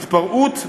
התפרעות,